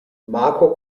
marco